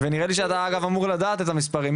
ונראה לי שאתה אמור לדעת את המספרים.